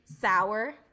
Sour